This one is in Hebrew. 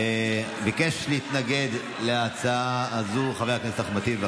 ביקש להתנגד להצעה הזו חבר הכנסת אחמד טיבי.